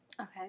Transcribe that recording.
Okay